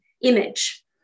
image